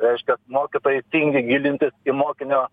reiškias mokytojai tingi gilintis į mokinio